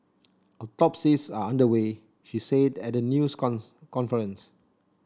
autopsies are under way she said at a news conference